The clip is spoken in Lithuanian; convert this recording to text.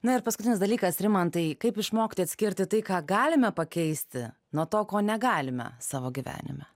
na ir paskutinis dalykas rimantai kaip išmokti atskirti tai ką galime pakeisti nuo to ko negalime savo gyvenime